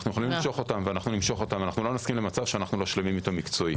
נמשוך אותן ואנחנו לא נסכים למצב שאנו לא שלמים איתו מקצועית.